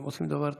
הם עושים דבר טוב.